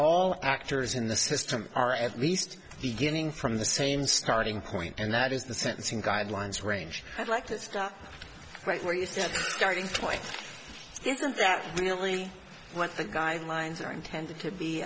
all actors in the system are at least beginning from the same starting point and that is the sentencing guidelines range i'd like to stop right where you said starting point isn't that really what the guidelines are intended to be